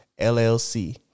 LLC